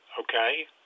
okay